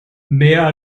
mehr